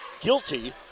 guilty